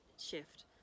shift